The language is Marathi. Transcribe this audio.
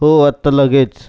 हो आत्ता लगेच